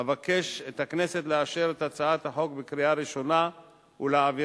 אבקש מאת הכנסת לאשר את הצעת החוק בקריאה ראשונה ולהעבירה